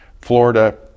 Florida